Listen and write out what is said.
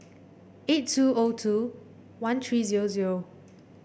eight two O two one three zero zero